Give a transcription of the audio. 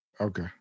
Okay